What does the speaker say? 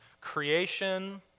creation